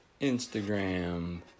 Instagram